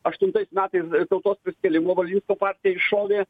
aštuntais metais tautos prisikėlimo valinsko partija iššovė